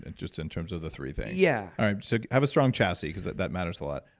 and just in terms of the three things? yeah. all right, so have a strong chassis cause that that matters a lot.